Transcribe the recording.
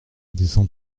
descends